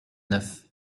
neuf